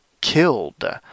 killed